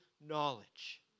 knowledge